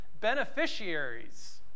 beneficiaries